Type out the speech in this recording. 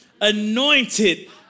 anointed